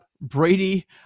Brady